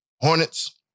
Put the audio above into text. hornets